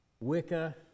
Wicca